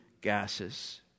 gases